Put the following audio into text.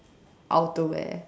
outerwear